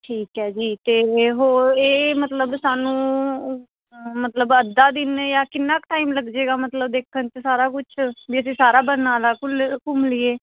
ਠੀਕ ਹੈ ਜੀ ਅਤੇ ਹੋਰ ਇਹ ਮਤਲਬ ਸਾਨੂੰ ਮਤਲਬ ਅੱਧਾ ਦਿਨ ਜਾਂ ਕਿੰਨਾ ਕੁ ਟਾਈਮ ਲੱਗ ਜਾਏਗਾ ਮਤਲਬ ਦੇਖਣ 'ਚ ਸਾਰਾ ਕੁਛ ਵੀ ਅਸੀਂ ਸਾਰਾ ਬਰਨਾਲਾ ਘੁਲ ਘੁੰਮ ਲਈਏ